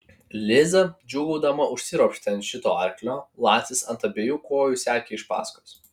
liza džiūgaudama užsiropštė ant šito arklio lacis ant abiejų kojų sekė iš paskos